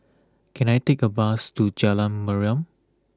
can I take a bus to Jalan Mariam